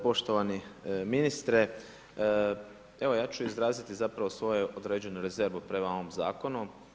Poštovani ministre, evo ja ću izraziti zapravo svoju određenu rezervu prema ovom zakonu.